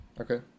Okay